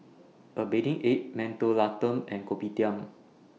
A Bathing Ape Mentholatum and Kopitiam